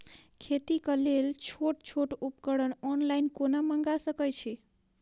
खेतीक लेल छोट छोट उपकरण ऑनलाइन कोना मंगा सकैत छी?